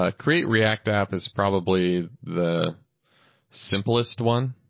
ah create react app is probably the simplest one.